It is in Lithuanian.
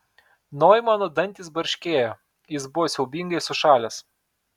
noimano dantys barškėjo jis buvo siaubingai sušalęs